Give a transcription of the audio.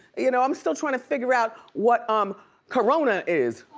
you know i'm still tryin' to figure out what um corona is.